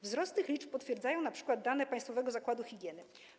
Wzrost tych liczb potwierdzają np. dane Państwowego Zakładu Higieny.